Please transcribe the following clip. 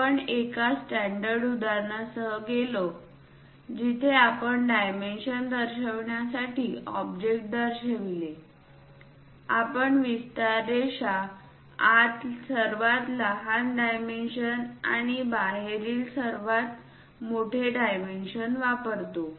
आपण एका स्टॅंडर्ड उदाहरणासह गेलो जिथे आपण डायमेन्शन दर्शविण्याकरीता ऑब्जेक्ट दर्शविले आपण विस्तार रेषा आत सर्वात लहान डायमेन्शन्स आणि बाहेरील सर्वात मोठे डायमेन्शन्स वापरतो